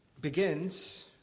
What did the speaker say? begins